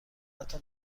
حتی